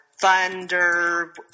Thunder